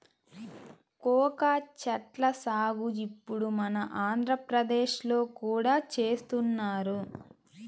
cocoa చెట్ల సాగు ఇప్పుడు మన ఆంధ్రప్రదేశ్ లో కూడా చేస్తున్నారు